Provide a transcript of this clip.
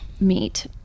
meet